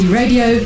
radio